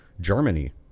germany